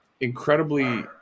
incredibly